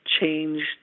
changed